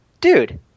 dude